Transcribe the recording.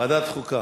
ועדת חוקה.